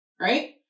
right